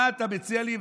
מה אתה מציע לי?